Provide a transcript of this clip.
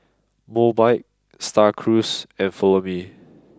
Mobike Star Cruise and Follow Me